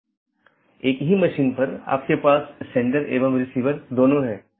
तो यह ऐसा नहीं है कि यह OSPF या RIP प्रकार के प्रोटोकॉल को प्रतिस्थापित करता है